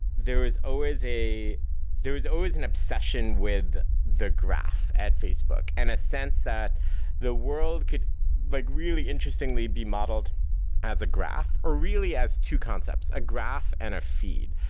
there was always a there was always an obsession with the graph at facebook, and a sense that the world could like really really interestingly be modelled as a graph. or really as two concepts a graph and a feed.